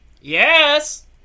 yes